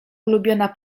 ulubiona